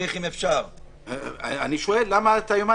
אם אנחנו יוצאים מנקודת הנחה